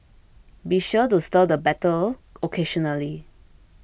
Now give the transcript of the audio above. be sure to stir the batter occasionally